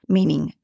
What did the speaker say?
Meaning